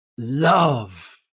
love